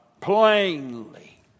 Plainly